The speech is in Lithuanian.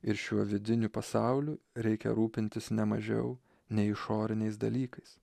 ir šiuo vidiniu pasauliu reikia rūpintis ne mažiau nei išoriniais dalykais